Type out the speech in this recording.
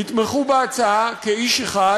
יתמכו בהצעה כאיש אחד